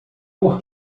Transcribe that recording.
por